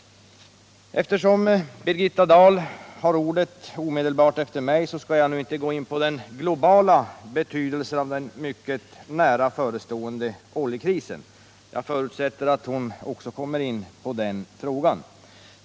Eftersom Birgitta Dahl har ordet omedelbart efter mig skall jag inte nu gå in på den globala betydelsen av den mycket nära förestående oljekrisen. Jag förutsätter att hon kommer att beröra denna viktiga fråga.